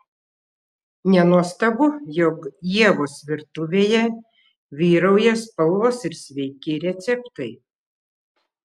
nenuostabu jog ievos virtuvėje vyrauja spalvos ir sveiki receptai